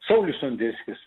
saulius sondeckis